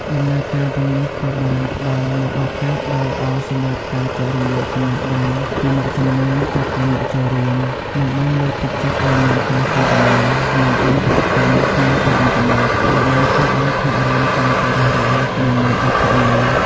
ដំណើរការទាំងនេះក៏បានផ្តល់នូវឱកាសដ៏ល្អសម្រាប់ការ ចែករំលែកចំណេះដឹង ពីអ្នកជំនាញទៅកាន់អ្នកចូលរួម និងបានលើកទឹកចិត្តឱ្យមាន ការសន្ទនា និងអន្តរកម្ម គ្នាទៅវិញទៅមក ដែលបានធ្វើឱ្យថ្នាក់រៀនកាន់តែរស់រវើកនិងមានអត្ថន័យ។